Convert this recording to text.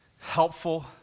helpful